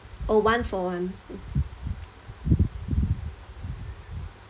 oh one-for-one